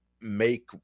make